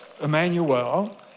Emmanuel